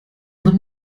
their